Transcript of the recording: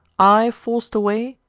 i forc'd away?